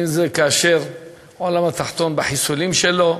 אם זה כאשר העולם התחתון, בחיסולים שלו,